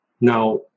Now